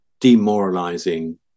demoralizing